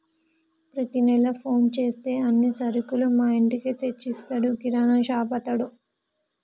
ప్రతి నెల ఫోన్ చేస్తే అన్ని సరుకులు మా ఇంటికే తెచ్చిస్తాడు కిరాణాషాపతడు